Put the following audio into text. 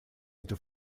into